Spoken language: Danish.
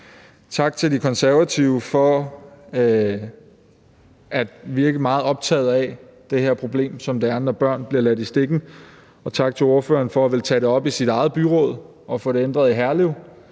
Tak til De Konservative for at virke meget optaget af det her problem, som det er, når børn bliver ladt i stikken, og tak til ordføreren for at ville tage det op i sit eget byråd og få det ændret i Herlev.